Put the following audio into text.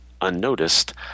unnoticed